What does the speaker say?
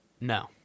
No